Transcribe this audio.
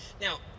Now